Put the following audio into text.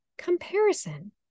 Comparison